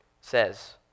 says